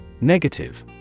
Negative